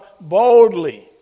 boldly